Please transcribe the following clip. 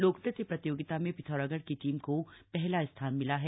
लोकनृत्य प्रतियोगिता में पिथौरागढ़ की टीम को पहला स्थान मिला है